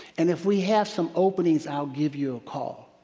and if we have some openings, i'll give you a call?